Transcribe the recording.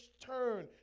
turn